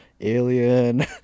alien